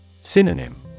Synonym